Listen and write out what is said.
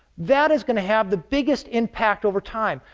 that is going to have the biggest impact over time.